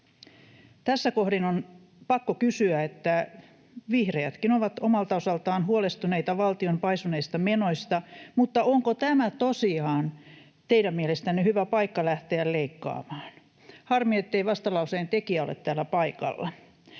Tässä kohdin on pakko kysyä, kun vihreätkin ovat omalta osaltaan huolestuneita valtion paisuneista menoista, onko tämä tosiaan teidän mielestänne hyvä paikka lähteä leikkaamaan. Harmi, ettei vastalauseen tekijä ole täällä paikalla.